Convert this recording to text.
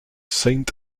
saint